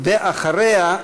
ואחריה,